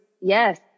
yes